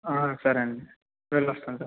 సరే అండి వెళ్ళొస్తాను సార్